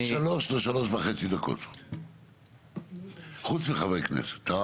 בין שלוש לשלוש וחצי דקות חוץ מחברי כנסת.